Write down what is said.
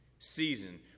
season